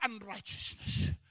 unrighteousness